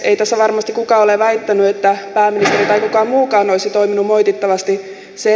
ei tässä varmasti kukaan ole väittänyt että pääministeri tai kukaan muukaan olisi toiminut moitittavasti